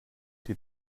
die